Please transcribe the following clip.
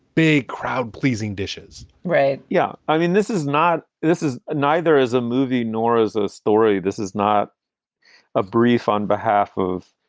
big crowd pleasing dishes, right? yeah i mean, this is not this is neither is a movie nor is a story this is not a brief on behalf of,